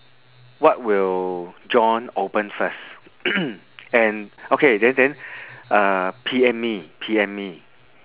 what will john open first and okay then then uh P_M me P_M me